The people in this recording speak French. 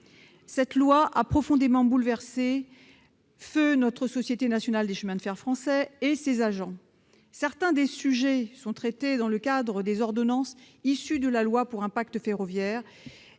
Cette loi a profondément bouleversé feu notre Société nationale des chemins de fer français et ses agents. Certains des sujets sont traités dans le cadre des ordonnances prises en application de ladite loi et